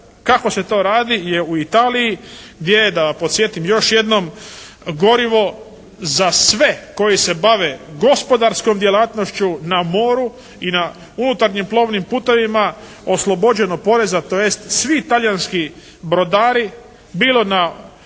kako se to radi je u Italiji gdje je da podsjetim još jednom gorivo za sve koji se bave gospodarskom djelatnošću na moru i na unutarnjim plovnim putovima oslobođeno poreza tj. svi talijanski brodari bilo na